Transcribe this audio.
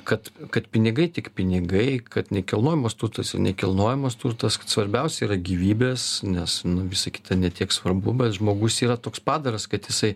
kad kad pinigai tik pinigai kad nekilnojamas turtas nekilnojamas turtas kad svarbiausia yra gyvybės nes visa kita ne tiek svarbu bet žmogus yra toks padaras kad jisai